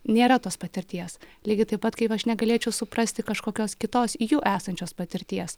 nėra tos patirties lygiai taip pat kaip aš negalėčiau suprasti kažkokios kitos jų esančios patirties